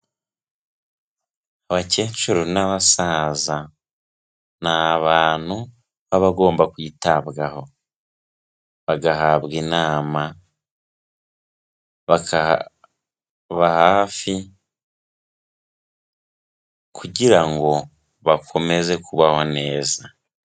Abakecuru n'abasaza ni abantu baba bagomba kwitabwaho, bagahabwa inama, bakababa hafi kugira ngo bakomeze kubaho neza.